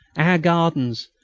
our gardens,